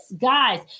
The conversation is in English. Guys